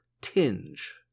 tinge